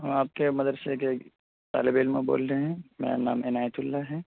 ہم آپ کے مدرسے کے ایک طالب علم بول رہے ہیں میرا نام عنایت اللہ ہے